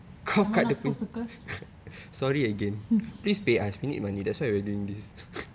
am I not supposed to curse